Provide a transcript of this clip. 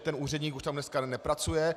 Ten úředník už tam dneska nepracuje.